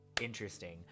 interesting